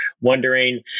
wondering